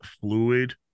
fluid